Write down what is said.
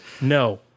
no